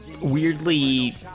weirdly